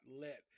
let